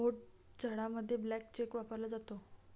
भोट जाडामध्ये blank cheque वापरला जातो